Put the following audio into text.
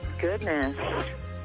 goodness